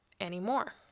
anymore